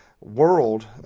world